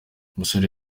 umusore